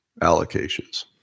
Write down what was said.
allocations